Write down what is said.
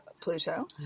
Pluto